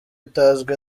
itazwi